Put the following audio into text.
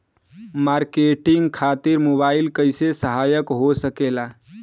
Marketing खातिर mobile कइसे सहायक हो सकेला?